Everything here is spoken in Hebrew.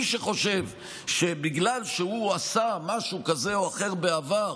מי שחושב שבגלל שהוא עשה משהו כזה או אחר בעבר,